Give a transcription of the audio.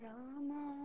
Rama